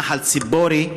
נחל ציפורי,